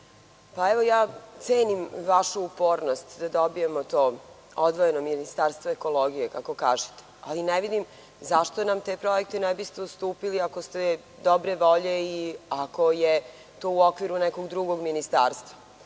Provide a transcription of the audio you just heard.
kolege, cenim vašu upornost da dobijemo odvojeno ministarstvo ekologije, ali ne vidim zašto nam te projekte ne biste ustupili ako ste dobre volje i ako je u okviru nekog drugog ministarstva.